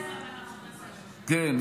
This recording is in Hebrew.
אבל אנחנו נעשה --- כן.